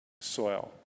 soil